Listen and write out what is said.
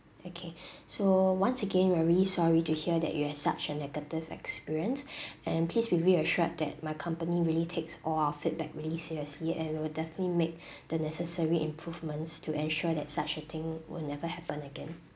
okay so once again very sorry to hear that you have such a negative experience and please be reassured that my company really takes all our feedback really seriously and we will definitely make the necessary improvements to ensure that such a thing will never happen again